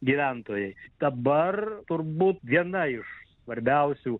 gyventojai dabar turbūt viena iš svarbiausių